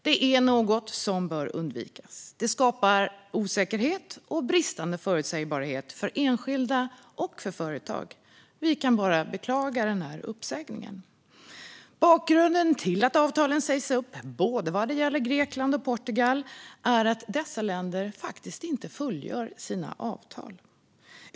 Det är något som bör undvikas. Det skapar osäkerhet och bristande förutsägbarhet för enskilda och företag. Vi kan bara beklaga denna uppsägning. Bakgrunden till att avtalen sägs upp när det gäller både Grekland och Portugal är att dessa länder faktiskt inte fullgör sina avtal.